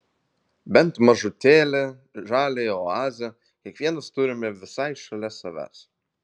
bent mažutėlę žaliąją oazę kiekvienas turime visai šalia savęs